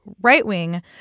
right-wing